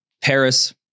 Paris